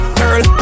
girl